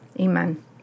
Amen